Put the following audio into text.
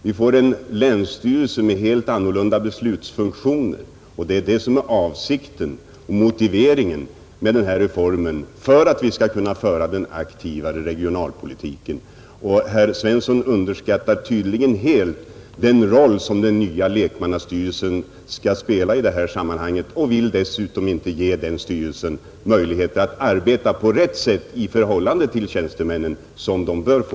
Vi får en länsstyrelse med helt andra beslutsfunktioner, och det är det som är avsikten med och motiveringen till denna reform, som syftar till att vi skall kunna föra en aktivare regionalpolitik. Herr Svensson underskattar tydligen helt den roll som den nya lekmannastyrelsen skall spela i detta sammanhang och vill dessutom inte ge styrelsen möjlighet att arbeta på det sätt i förhållande till tjänstemännen som den bör få.